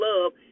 love